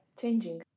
changing